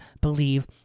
believe